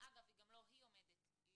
או להעמיד את